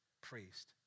priest